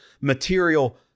material